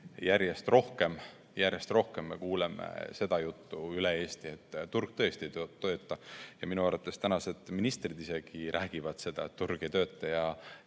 järjest rohkem me kuuleme seda juttu üle Eesti, et turg tõesti ei tööta. Minu arvates isegi tänased ministrid räägivad seda, et turg ei tööta